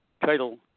title